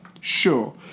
Sure